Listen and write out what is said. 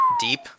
deep